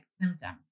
symptoms